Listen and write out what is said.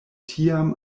tiam